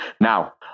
Now